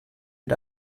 mit